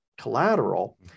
collateral